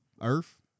Earth